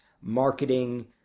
marketing